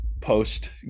post